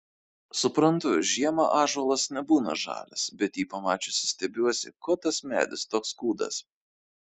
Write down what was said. suprantu žiemą ąžuolas nebūna žalias bet jį pamačiusi stebiuosi ko tas medis toks kūdas